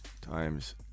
times